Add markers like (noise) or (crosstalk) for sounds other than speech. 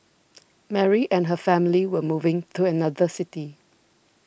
(noise) Mary and her family were moving to another city